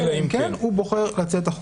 אלא אם כן הוא בוחר לצאת החוצה.